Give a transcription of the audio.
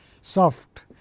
soft